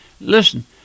Listen